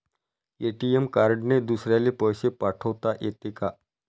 ATM कार्डने दुसऱ्याले पैसे पाठोता येते का?